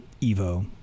Evo